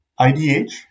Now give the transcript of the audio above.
IDH